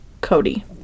Cody